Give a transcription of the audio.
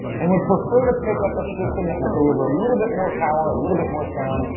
and would prefer to pick up a system that will deliver a little bit more power, a little bit more sound,